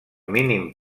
mínim